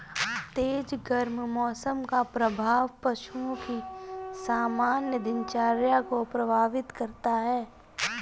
तेज गर्म मौसम का प्रभाव पशुओं की सामान्य दिनचर्या को प्रभावित करता है